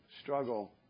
struggle